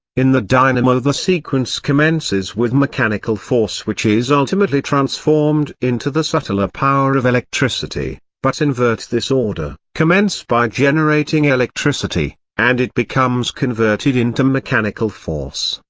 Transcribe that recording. in the dynamo the sequence commences with mechanical force which is ultimately transformed into the subtler power of electricity but invert this order, commence by generating electricity, and it becomes converted into mechanical force,